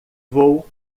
vou